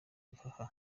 bihaha